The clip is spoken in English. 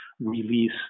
release